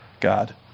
God